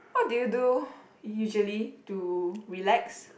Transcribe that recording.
what do you do usually to relax